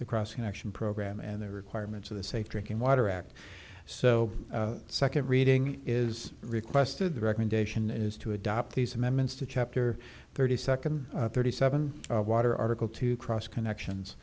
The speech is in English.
the crossing action program and the requirements of the safe drinking water act so second reading is requested the recommendation is to adopt these amendments to chapter thirty second thirty seven water article to cross connections